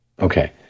okay